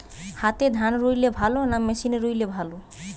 হাতে ধান রুইলে ভালো না মেশিনে রুইলে ভালো?